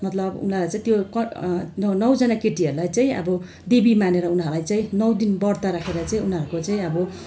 मतलब उनीहरूलाई चाहिँ त्यो कट त्यो नौजना केटीहरूलाई चाहिँ अब देवी मानेर उनीहरूलाई चाहिँ नौ दिन व्रत राखेर चाहिँ उनीहरूको चाहिँ अब